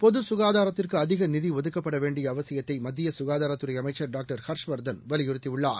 பொது சுகாதாரத்திற்கு அதிக நிதி ஒதுக்கப்பட வேண்டிய அவசியத்தை மத்திய சுகாதாரத்துறை அமைச்சர் டாக்டர் ஹர்ஷ்வர்தன் வலியுறுத்தியுள்ளார்